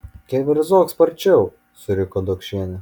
keverzok sparčiau suriko dokšienė